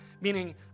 meaning